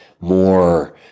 more